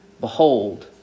Behold